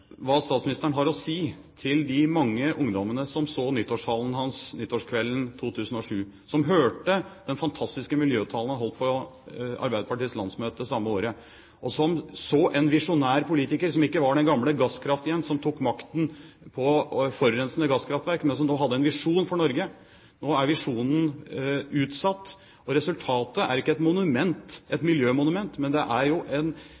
hva statsministeren har å si til de mange ungdommene som så nyttårstalen hans i 2007, som hørte den fantastiske miljøtalen han holdt til Arbeiderpartiets landsmøte samme året, og som så en visjonær politiker som ikke var den gamle gasskraft-Jens som tok makten på forurensende gasskraftverk, men som nå hadde en visjon for Norge. Nå er visjonen utsatt, og resultatet er ikke et miljømonument, men det er jo